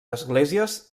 esglésies